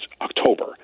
October